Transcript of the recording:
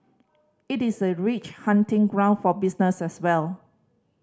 it is a rich hunting ground for business as well